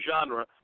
genre